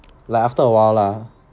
like after a while lah